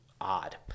odd